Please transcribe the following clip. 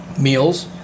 meals